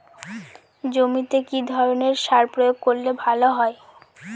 জমিতে কি ধরনের সার প্রয়োগ করলে ভালো হয়?